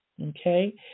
Okay